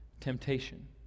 temptation